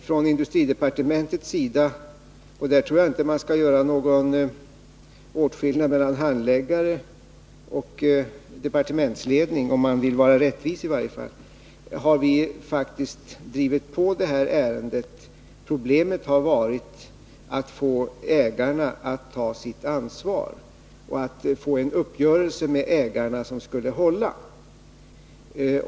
Från industridepartementets sida — och i det avseendet tror jag inte att man bör göra någon åtskillnad mellan handläggare och departementsledning; i varje fall inte om man vill vara rättvis — har vi faktiskt drivit på det här ärendet. Problemet har varit att få ägarna att ta sitt ansvar och att med ägarna få en uppgörelse som skulle hålla.